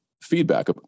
feedback